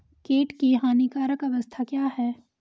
कीट की हानिकारक अवस्था क्या है?